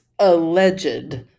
Alleged